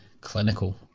clinical